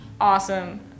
awesome